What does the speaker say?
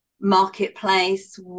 marketplace